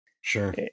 Sure